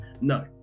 No